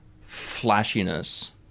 flashiness